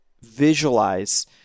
visualize